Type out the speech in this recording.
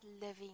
living